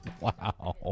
Wow